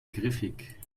griffig